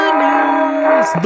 news